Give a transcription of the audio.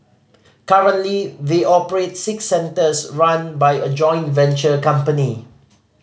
currently they operate six centres run by a joint venture company